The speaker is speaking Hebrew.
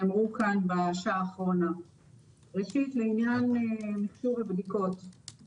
בהנחה שאנחנו מאמינים לבדיקה והתהליך הוא תהליך מקצועי,